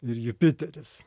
ir jupiteris